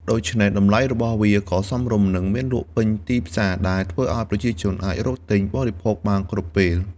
ដូច្នេះតម្លៃរបស់វាក៏សមរម្យ និងមានលក់ពេញទីផ្សារ ដែលធ្វើឱ្យប្រជាជនអាចរកទិញបរិភោគបានគ្រប់ពេល។